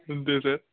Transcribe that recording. అంతే సార్